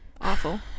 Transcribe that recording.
awful